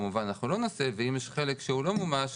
כמובן אנחנו לא נסב ואם יש חלק שהוא לא מומש,